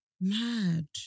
mad